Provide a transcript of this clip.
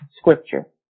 scripture